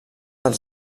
dels